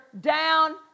down